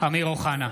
אמיר אוחנה,